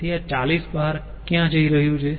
તેથી આ 40 બહાર ક્યાં જઈ રહ્યું છે